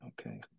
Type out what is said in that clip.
Okay